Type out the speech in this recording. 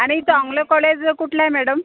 आणि चांगलं कॉलेज कुठलं आहे मॅडम